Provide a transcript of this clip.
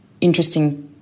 interesting